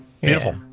Beautiful